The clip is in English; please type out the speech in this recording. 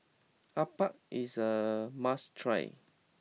Appam is a must try